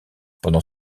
pendant